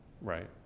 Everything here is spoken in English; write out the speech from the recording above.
right